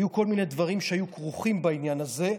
היו כל מיני דברים שהיו כרוכים בעניין הזה.